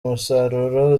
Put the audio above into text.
umusaruro